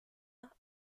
are